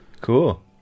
Cool